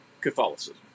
Catholicism